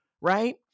Right